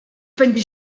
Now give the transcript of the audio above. będzie